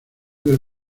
del